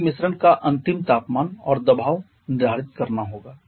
हमें मिश्रण का अंतिम तापमान और दबाव निर्धारित करना होगा